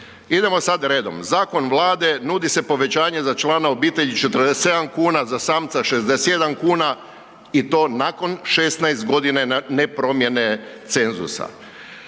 Idemo sad redom, zakon vlade nudi se za povećanje za člana obitelji 47 kuna, za samca 61 kuna i to nakon 16 godina ne promjene cenzusa.